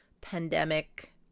pandemic